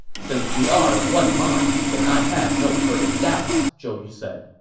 since we are of one mind, then i have no further doubts, zhou yu said.